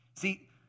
See